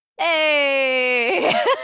Hey